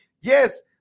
Yes